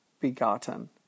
begotten